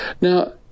Now